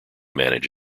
manage